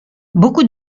beaucoup